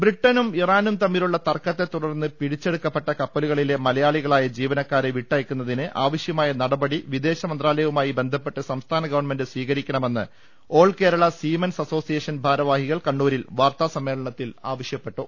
ബ്രിട്ടണും ഇറാനും തമ്മിലുള്ള തർക്കത്തെ തുടർന്ന് പിടിച്ചെടു ക്കപ്പെട്ട കപ്പലുകളിലെ മലയാളികളായ ജീവനക്കാരെ വിട്ടയക്കു ന്നതിന് ആവശ്യമായ നടപടി വിദേശ മന്ത്രാലയവുമായി ബന്ധ പ്പെട്ട് സംസ്ഥാന ഗവൺമെന്റ് സ്വീകരിക്കണമെന്ന് ഓൾ കേരള സീമെൻസ് അസോസിയേഷൻ ഭാരവാഹികൾ കണ്ണൂരിൽ വാർത്താ സമ്മേളനത്തിൽ ആവശ്യപ്പെട്ടു